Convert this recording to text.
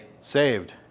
Saved